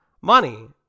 money